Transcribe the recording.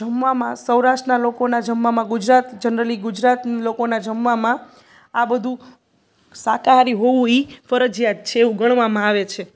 જમવામાં સૌરાષ્ટ્રના લોકોનાં જમવામાં ગુજરાત જનરલી ગુજરાત લોકોનાં જમવામાં આ બધું શાકાહારી હોવું એ ફરજિયાત છે એવું ગણવામાં આવે છે